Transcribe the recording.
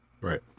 right